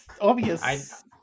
obvious